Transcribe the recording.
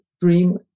dream